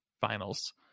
Finals